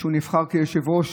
שהוא נבחר כיושב-ראש